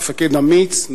מפקד אמיץ,